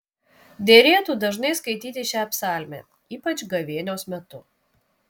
derėtų dažnai skaityti šią psalmę ypač gavėnios metu